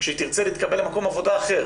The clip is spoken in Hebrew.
כשהיא תרצה להתקבל למקום עבודה אחר